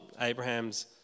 Abraham's